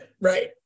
Right